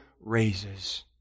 raises